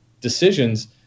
decisions